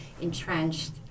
entrenched